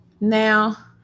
now